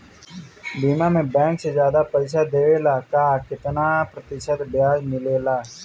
बीमा में बैंक से ज्यादा पइसा देवेला का कितना प्रतिशत ब्याज मिलेला?